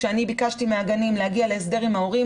כשביקשתי מהגנים להגיע להסדר עם ההורים.